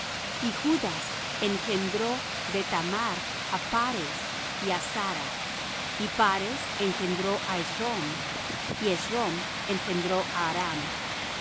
y judas engendró de thamar á phares y á zara y phares engendró á esrom y esrom engendró á